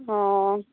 ꯑꯣ ꯑꯣ